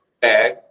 bag